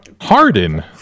Harden